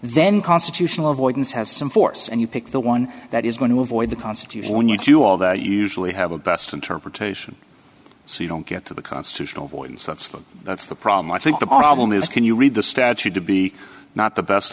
then constitutional avoidance has some force and you pick the one that is going to avoid the constitution when you do all that usually have a best interpretation so you don't get to the constitutional voice that's the that's the problem i think the problem is can you read the statute to be not the best